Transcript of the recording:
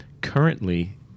currently